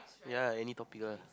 ya lah any topic lah